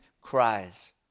cries